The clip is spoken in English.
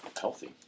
healthy